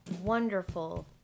wonderful